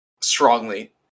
strongly